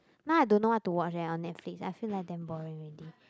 now I don't know what to watch eh on Netflix I feel like damn boring already